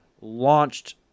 launched